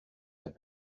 have